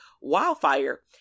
wildfire